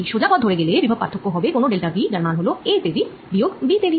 এই সোজা পথ ধরে গেলে বিভব পার্থক্য হবে কোন ডেল্টা V যার মান হল a তে V বিয়োগ b তে V